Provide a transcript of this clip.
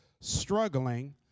struggling